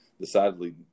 decidedly